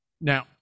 Now